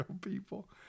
people